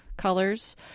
colors